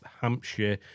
Hampshire